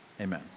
amen